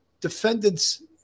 defendants